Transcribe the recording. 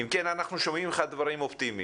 אם כן, אנחנו שומעים ממך דברים אופטימיים.